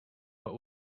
what